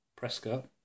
Prescott